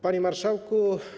Panie Marszałku!